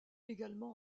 également